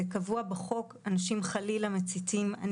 קבוע בחוק אנשים חלילה מציתים את עצמם.